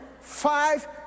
Five